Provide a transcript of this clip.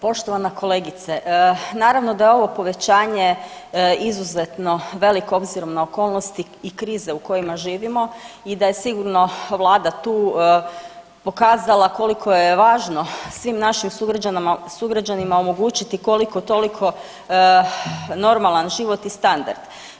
Poštovana kolegice naravno da je ovo povećanje izuzetno veliko s obzirom na okolnosti i krize u kojima živimo i da je sigurno Vlada tu pokazala koliko je važno svim našim sugrađanima omogućiti koliko-toliko normalan život i standard.